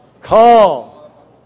Call